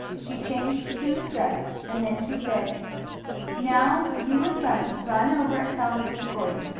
she changed sue's dress, and then she said now you and bunny run over and tell mrs. gordon.